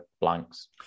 blanks